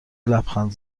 لبخند